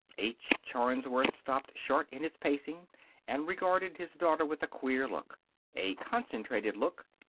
h. charnsworth stopped short in his pacing and regarded his daughter with a queer look a concentrated look,